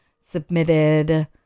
submitted